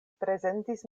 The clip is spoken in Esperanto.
prezentis